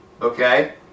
Okay